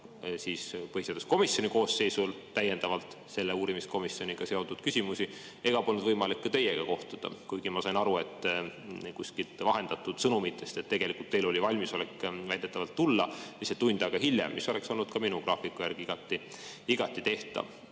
siis põhiseaduskomisjoni koosseisul polnud võimalik arutada selle uurimiskomisjoniga seotud küsimusi ega polnud võimalik ka teiega kohtuda, kuigi ma sain aru kuskilt vahendatud sõnumitest, et väidetavalt teil oli valmisolek tulla, lihtsalt tund aega hiljem, mis oleks olnud ka minu graafiku järgi igati tehtav.